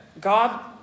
God